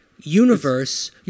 universe